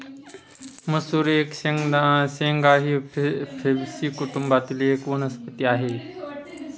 मसूर एक शेंगा ही फेबेसी कुटुंबातील एक वनस्पती आहे